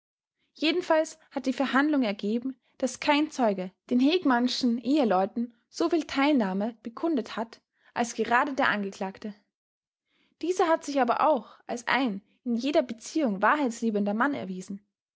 jedenfalls hat die verhandlung ergeben daß kein zeuge den hegmannschen eheleuten soviel teilnahme nahme bekundet hat als gerade der angeklagte dieser hat sich aber auch als ein in jeder beziehung wahrheitsliebender mann erwiesen